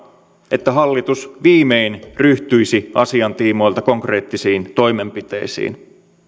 että hallitus viimein ryhtyisi asian tiimoilta konkreettisiin toimenpiteisiin